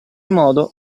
modo